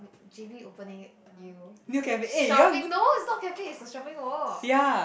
j_b opening a new shopping no it's not cafe it's a shopping mall